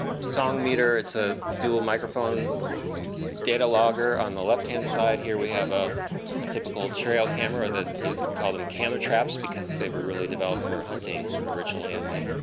song meter. it's a dual microphone data logger. on the left-hand side here we have ah a typical trail camera that we call them camera traps because they were really developed for hunting, originally, i think,